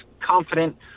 confident